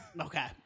Okay